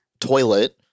toilet